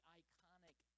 iconic